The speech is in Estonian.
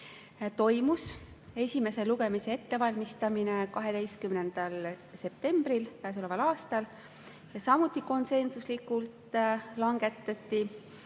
toimus esimese lugemise ettevalmistamine 12. septembril käesoleval aastal. Samuti konsensuslikult langetati